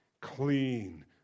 clean